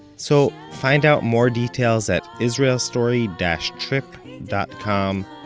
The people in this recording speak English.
so find out more details at israelstory-trip dot com,